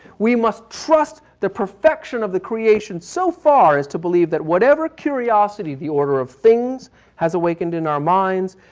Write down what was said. we must trust the perfection of the creation so far as to believe that whatever curiosity, the order of things has awakened in our minds,